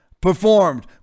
performed